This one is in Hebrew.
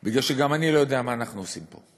כי גם אני לא יודע מה אנחנו עושים פה,